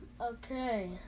Okay